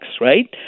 right